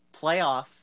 playoff